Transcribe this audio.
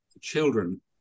children